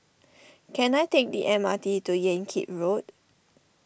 can I take the M R T to Yan Kit Road